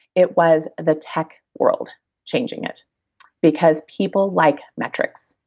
it was the tech world changing it because people like metrics.